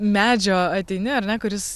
medžio ateini ar ne kuris